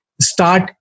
start